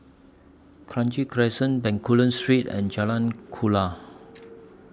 Kranji Crescent Bencoolen Street and Jalan Kuala